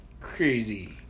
crazy